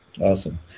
Awesome